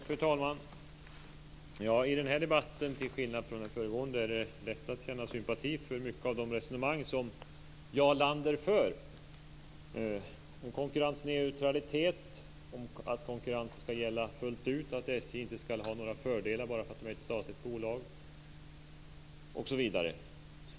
Fru talman! I den här debatten, till skillnad från den föregående, är det lätt att känna sympati för många av de resonemang som Jarl Lander för om konkurrensneutralitet, att konkurrens ska gälla fullt ut, att SJ inte ska ha några fördelar bara för att det är ett statligt bolag osv.